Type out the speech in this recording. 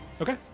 okay